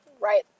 right